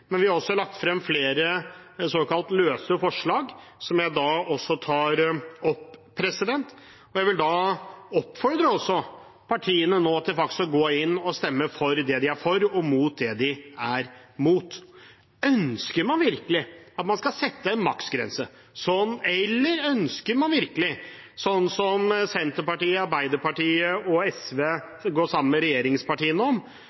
flere såkalt løse forslag, som jeg også tar opp. Jeg vil også oppfordre partiene nå til faktisk å gå inn og stemme for det de er for, og mot det de er mot. Ønsker man virkelig at man skal sette en maksgrense? Eller ønsker man virkelig, sånn som Senterpartiet, Arbeiderpartiet og